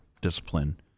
discipline